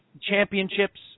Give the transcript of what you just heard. championships